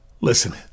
Listen